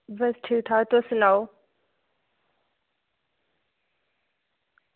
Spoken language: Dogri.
बस ठीक ठाक तुस सनाओ